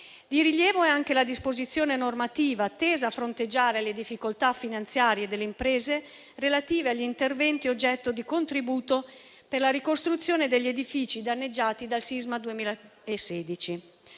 Di rilievo anche la disposizione normativa tesa a fronteggiare le difficoltà finanziarie delle imprese relative agli interventi oggetto di contributo per la ricostruzione degli edifici danneggiati dal sisma 2016.